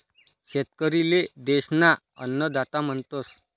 शेतकरी ले देश ना अन्नदाता म्हणतस